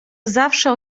zawsze